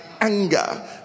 anger